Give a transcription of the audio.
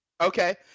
Okay